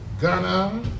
Ghana